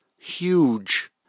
huge